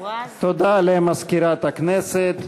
תודה למזכירת הכנסת.